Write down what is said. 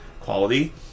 quality